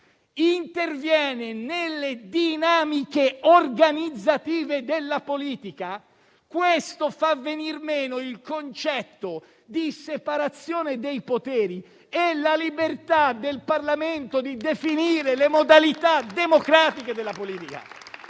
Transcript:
interviene nelle dinamiche organizzative della politica viene meno il concetto di separazione dei poteri e la libertà del Parlamento di definire le modalità democratiche della politica.